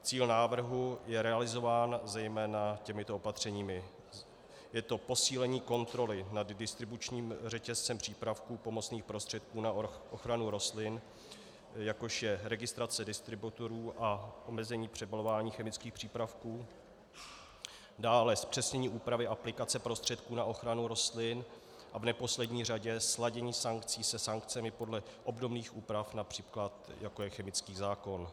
Cíl návrhu je realizován zejména těmito opatřeními: Je to posílení kontroly nad distribučním řetězcem přípravků (a) pomocných prostředků na ochranu rostlin, jako je registrace distributorů a omezení přebalování chemických přípravků, dále zpřesnění úpravy aplikace prostředků na ochranu rostlin a v neposlední řadě sladění sankcí se sankcemi podle obdobných úprav, například jako je chemický zákon.